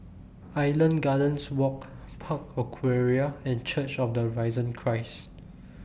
Island Gardens Walk Park Aquaria and Church of The Risen Christ